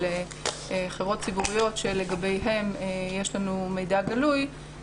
חברות ציבוריות שלגביהן יש לנו מידע גלוי,